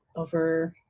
over,